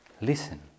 Listen